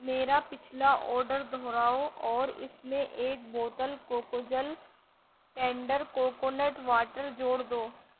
میرا پچھلا آڈر دوہراؤ اور اس میں ایک بوتل کوکو جل ٹینڈر کوکونٹ واٹر جوڑ دو